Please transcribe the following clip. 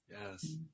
Yes